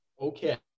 Okay